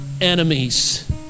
enemies